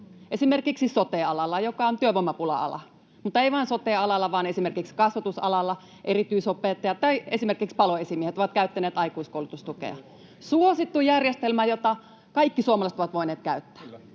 esimerkiksi sote-alalla, joka on työvoimapula-ala, mutta ei vain sote-alalla vaan esimerkiksi kasvatusalalla, erityisopettajat, tai esimerkiksi paloesimiehet ovat käyttäneet aikuiskoulutustukea. [Juho Eerolan välihuuto] Suosittu järjestelmä, jota kaikki suomalaiset ovat voineet käyttää.